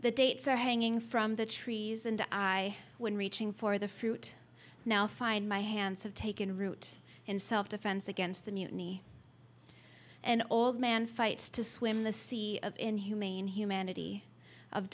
the dates are hanging from the trees and i would reaching for the fruit now find my hands have taken root in self defense against the mutiny and old man fights to swim the sea of inhumane humanity of